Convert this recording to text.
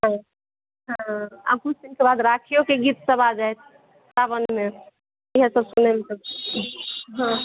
हँ आब किछु दिनके बाद राखिओके गीतसभ आबि जायत सावनमे हँ ओएह सभ सुनैमे हँ